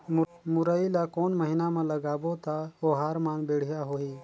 मुरई ला कोन महीना मा लगाबो ता ओहार मान बेडिया होही?